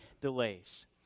delays